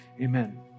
amen